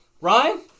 Ryan